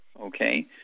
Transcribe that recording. Okay